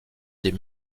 des